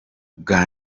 bwa